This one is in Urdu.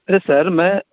ارے سر میں